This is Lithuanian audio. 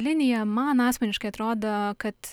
linija man asmeniškai atrodo kad